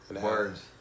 Words